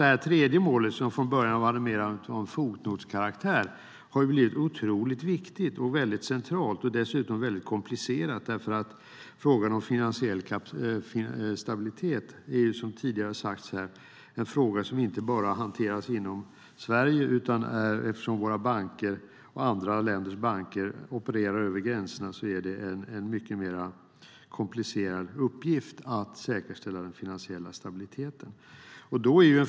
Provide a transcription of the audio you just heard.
Det tredje målet, som från början var av fotnotskaraktär, har blivit otroligt viktigt och centralt, dessutom är det komplicerat. Frågan om finansiell stabilitet är ju, som tidigare har sagts, något som inte bara hanteras inom Sverige. Eftersom våra banker och andra länders banker opererar över gränserna är det en komplicerad uppgift att säkerställa den finansiella stabiliteten.